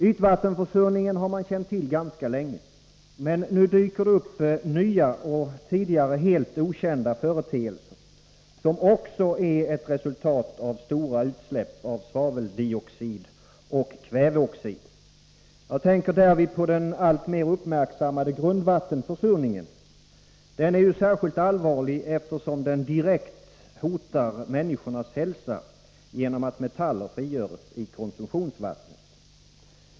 Ytvattenförsurningen har man känt till ganska länge, men nu dyker det upp nya och tidigare helt okända företeelser, som också är ett resultat av stora utsläpp av svaveldioxid och kväveoxid. Jag tänker därvid på den alltmer uppmärksammade grundvattenförsurningen. Den är särskilt allvarlig, efter som den direkt hotar människornas hälsa genom att metaller frigörs i konsumtionsvattnet.